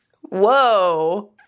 Whoa